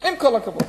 עם כל הכבוד.